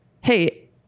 Hey